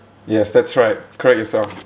yes that's right correct yourself